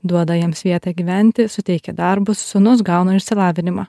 duoda jiems vietą gyventi suteikė darbus sūnus gauna išsilavinimą